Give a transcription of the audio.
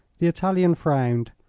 the italian frowned,